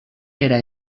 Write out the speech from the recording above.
era